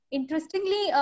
Interestingly